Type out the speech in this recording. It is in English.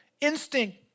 instinct